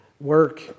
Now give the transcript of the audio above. work